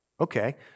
Okay